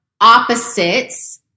opposites